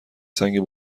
سنگ